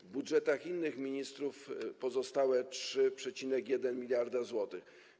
W budżetach innych ministrów pozostało 3,1 mld zł.